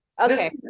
okay